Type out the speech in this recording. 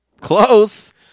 Close